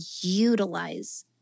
utilize